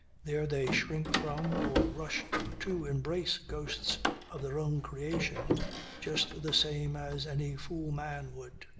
there they shrink from or rush to embrace ghosts of their own creation just the same as any fool-man would.